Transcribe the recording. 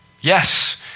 Yes